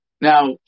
Now